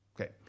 Okay